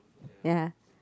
ya